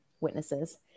witnesses